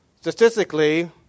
Statistically